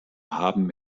haben